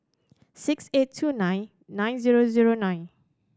six eight two nine nine zero zero nine